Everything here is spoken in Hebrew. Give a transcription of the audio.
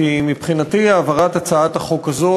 כי מבחינתי העברת הצעת החוק הזאת,